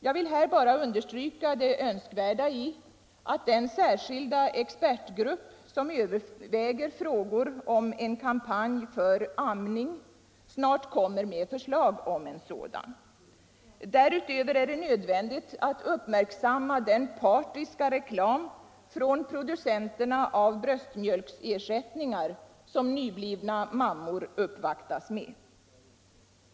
Jag vill här bara understryka det önskvärda i att den särskilda expertgrupp som överväger frågor om en kampanj för amning snart kommer med förslag om en sådan kampanj. Därutöver är det nödvändigt att uppmärksamma den partiska reklam från producenterna av bröstmjölksersättningar som nyblivna mammor uppvaktas med.